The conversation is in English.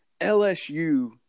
LSU –